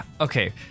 okay